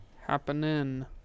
happening